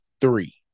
three